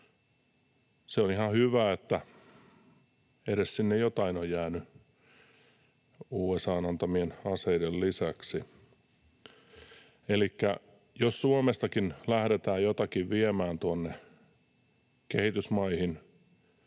Se on ihan hyvä, että sinne edes jotain on jäänyt USA:n antamien aseiden lisäksi. Elikkä jos Suomestakin lähdetään jotakin viemään kehitysmaihin,